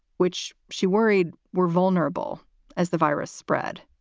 which she worried were vulnerable as the virus spread.